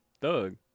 Thug